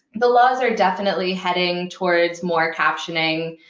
the laws are definitely heading towards more captioning.